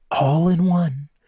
all-in-one